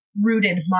rooted